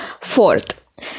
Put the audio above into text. Fourth